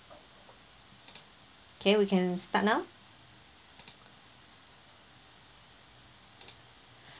K we can start now